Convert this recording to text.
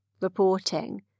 reporting